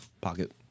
pocket